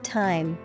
time